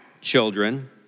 children